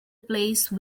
place